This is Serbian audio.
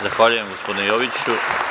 Zahvaljujem, gospodine Joviću.